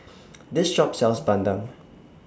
This Shop sells Bandung